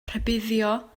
rhybuddio